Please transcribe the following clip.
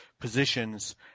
positions